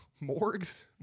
Morgues